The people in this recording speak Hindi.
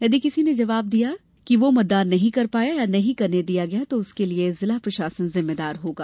यदि किसी ने जवाब दिया कि वह मतदान नहीं कर पाया है या नहीं करने दिया गया तो इसके लिए जिला प्रशासन जिम्मेदार होगा